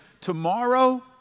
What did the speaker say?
tomorrow